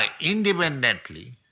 independently